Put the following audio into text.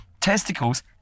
testicles